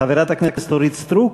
חברת הכנסת אורית סטרוק,